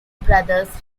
brothers